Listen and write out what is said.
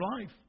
life